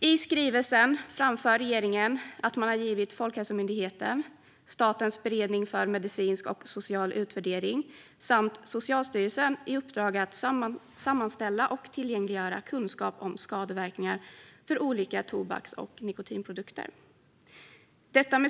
I skrivelsen framför regeringen att man har givit Folkhälsomyndigheten, Statens beredning för medicinsk och social utvärdering och Socialstyrelsen i uppdrag att sammanställa och tillgängliggöra kunskap om skadeverkningar för olika tobaks och nikotinprodukter.